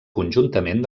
conjuntament